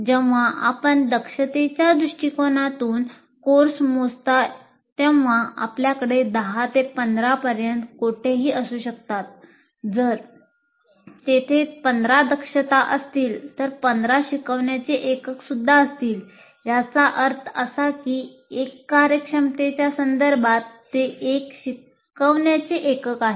जेव्हा आपण दक्षतेच्या दृष्टीकोनातून कोर्स मोजता तेव्हा आपल्याकडे 10 ते 15 पर्यंत कोठेही दक्षता असू शकतात जर तेथे 15 दक्षता असतील तर 15 शिकवण्याचे एकक सुद्धा असतील याचा अर्थ असा की एक कार्यक्षमतेच्या संदर्भात ते एक शिकवण्याचे एकक आहे